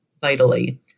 vitally